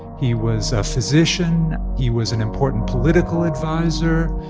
he was a physician. he was an important political adviser.